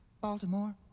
Baltimore